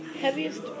heaviest